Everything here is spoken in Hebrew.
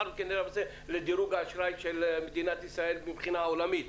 לאחר מכן נראה מה זה עושה לדירוג האשראי של מדינת ישראל מבחינה עולמית,